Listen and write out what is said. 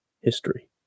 history